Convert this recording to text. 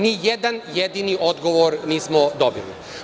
Nijedan jedini odgovor nismo dobili.